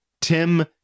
Tim